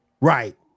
Right